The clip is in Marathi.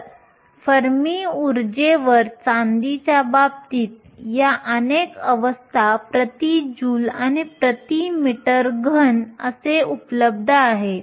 तर फर्मी ऊर्जेवर चांदीच्या बाबतीत या अनेक आवस्था प्रति जूल आणि प्रति मीटर घन असे उपलब्ध आहेत